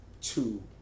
two